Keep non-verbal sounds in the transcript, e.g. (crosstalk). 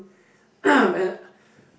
(noise) and